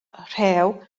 rhew